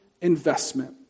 investment